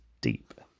deep